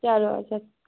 چلو اچھا